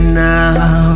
now